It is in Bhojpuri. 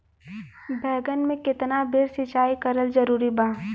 बैगन में केतना बेर सिचाई करल जरूरी बा?